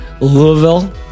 Louisville